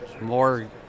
more